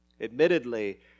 Admittedly